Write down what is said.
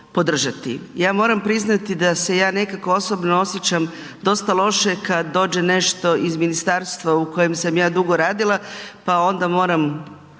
Ja moram priznati da se ja nekako osobno osjećam dosta loše kad dođe nešto iz ministarstva u kojem sam ja dugo radila, pa onda moram